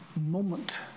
moment